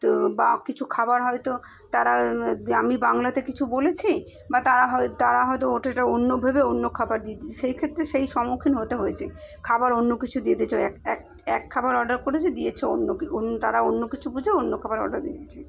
তো বা কিছু খাবার হয়তো তারা আমি বাংলাতে কিছু বলেছি বা তারা হয়তো তারা হয়তো ওটা অন্য ভেবে অন্য খাবার দিয়ে দিয়েছে সেই ক্ষেত্রে সেই সম্মুখীন হতে হয়েছে খাবার অন্য কিছু দিয়ে দিয়েছিল এক খাবার অর্ডার করেছি দিয়েছে অন্য কী অন্য তারা অন্য কিছু বুঝে অন্য খাবার অর্ডার দিয়ে দিয়েছে